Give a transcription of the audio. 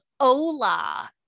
hola